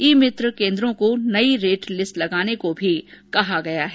ई मित्र केन्द्रों को नयी रेट लिस्ट लगाने के भी कहा गया है